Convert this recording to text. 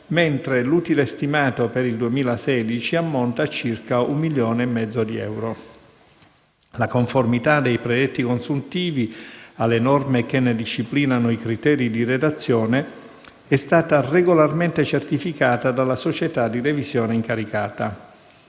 mentre l'utile stimato per il 2016 ammonta a circa 1,5 milioni di euro. La conformità dei predetti consuntivi alle norme che ne disciplinano i criteri di redazione è stata regolarmente certificata dalla società di revisione incaricata.